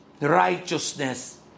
Righteousness